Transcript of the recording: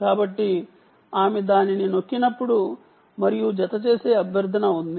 కాబట్టి ఆమె దానిని నొక్కినప్పుడు మరియు జత చేసే అభ్యర్థన ఉంది